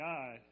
God